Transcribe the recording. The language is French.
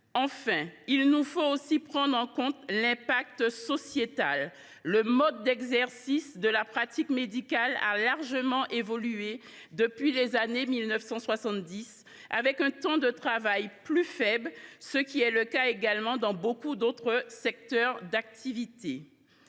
Enfin, il nous faut aussi prendre en compte l’impact sociétal : le mode d’exercice de la pratique médicale a largement évolué depuis les années 1970, avec un temps de travail plus faible, comme dans beaucoup d’autres secteurs d’activité.